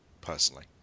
personally